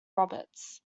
roberts